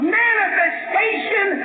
manifestation